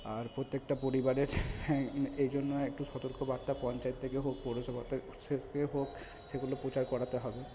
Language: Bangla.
আর প্রত্যেকটা পরিবারের হ্যাঁ এই জন্য একটু সতর্কবার্তা পঞ্চায়েত থেকে হোক পৌরসভা থেকে হোক সেগুলো প্রচার করাতে হবে